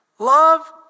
Love